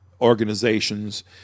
organizations